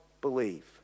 believe